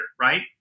right